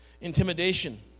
Intimidation